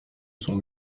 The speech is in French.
son